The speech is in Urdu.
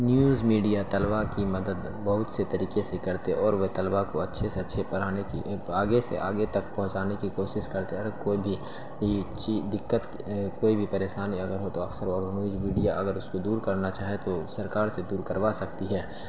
نیوز میڈیا کی مدد بہت سے طریقے سے کرتے اور وہ طلبہ کو اچھے سے اچھے پڑھانے کی آگے سے آگے تک پہنچانے کی کوشش کرتے ہیں اور کوئی بھی یہ چیز دقت کوئی بھی پریشانی اگر ہو تو اکثر اور نیوج میڈیا اگر اس کو دور کرنا چاہے تو سرکار سے دور کروا سکتی ہے